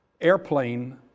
airplane